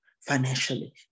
financially